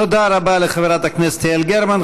תודה רבה לחברת הכנסת יעל גרמן.